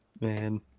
man